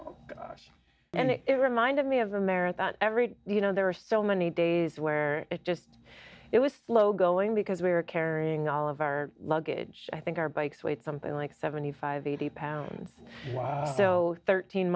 and it reminded me of america every you know there are so many days where it just it was slow going because we were carrying all of our luggage i think our bikes with something like seventy five eighty pounds so thirteen